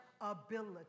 ability